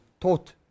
taught